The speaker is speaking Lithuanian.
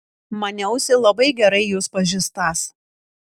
maniausi labai gerai jus pažįstąs